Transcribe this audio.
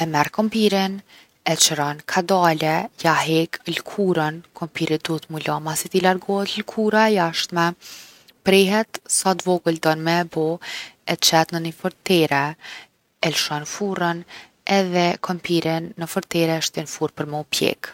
E merr kompirin, e qëron kadale, ja hek lkurën. Kompiri duhet m’u la masi ti largohet lkuar e jashtme. Prehet sa t’vogel don me e bo, e qet në ni fortere, e lshon furrën, edhe kompirin ne fortere e shtin në furrë për m’u pjekë.